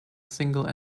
single